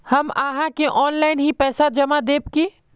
हम आहाँ के ऑनलाइन ही पैसा जमा देब की?